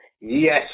yes